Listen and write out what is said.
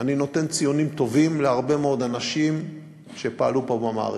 אני נותן ציונים טובים להרבה מאוד אנשים שפעלו פה במערכת,